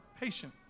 patient